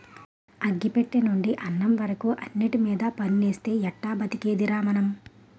అగ్గి పెట్టెనుండి అన్నం వరకు అన్నిటిమీద పన్నేస్తే ఎట్టా బతికేదిరా మనం?